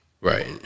Right